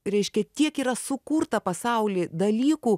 reiškia tiek yra sukurta pasauly dalykų